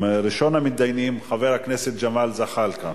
ראשון המתדיינים - חבר הכנסת ג'מאל זחאלקה.